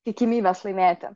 tikimybės laimėti